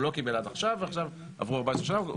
הוא לא קיבל עד עכשיו ועכשיו עברו 14 שנים,